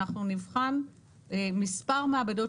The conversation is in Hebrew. אנחנו נבחן מספר מעבדות,